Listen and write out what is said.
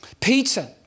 peter